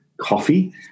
coffee